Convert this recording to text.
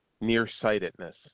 nearsightedness